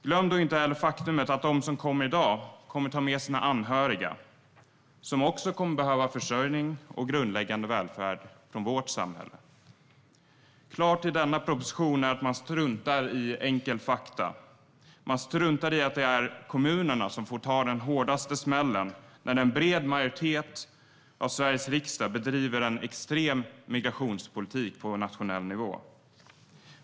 Glöm inte heller det faktum att de som kommer hit i dag kommer att ta hit sina anhöriga, som också kommer att behöva försörjning och grundläggande välfärd från vårt samhälle. Klart är att man i denna proposition struntar i enkla fakta. Man struntar i att det är kommunerna som får ta den hårdaste smällen när en bred majoritet av Sveriges riksdag bedriver en extrem migrationspolitik på nationell nivå.